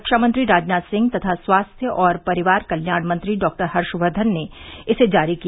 रक्षा मंत्री राजनाथ सिंह तथा स्वास्थ्य और परिवार कल्याण मंत्री डॉक्टर हर्षवर्धन ने इसे जारी किया